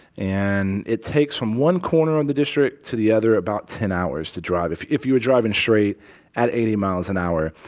and it takes from one corner of the district to the other about ten hours to drive if if you were driving straight at eighty miles an hour,